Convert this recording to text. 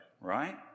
right